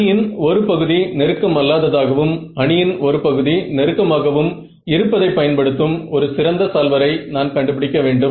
அணியின் ஒரு பகுதி நெருக்கம் அல்லாததாகவும் அணியின் ஒரு பகுதி நெருக்கமாகவும் இருப்பதை பயன்படுத்தும் ஒரு சிறந்த சால்வரை நான் கண்டுபிடிக்க வேண்டும்